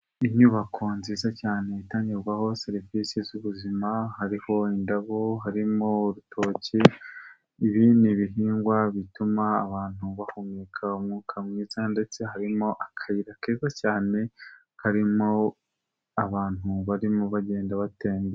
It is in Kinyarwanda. Inyubako nziza cyane itanyurwaho serivisi z'ubuzima hariho indabo, harimo urutoki, ibi ni bihingwa bituma abantu bahumeka umwuka mwiza ndetse harimo akayira keza cyane karimo abantu barimo bagenda batembera.